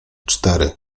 cztery